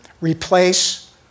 replace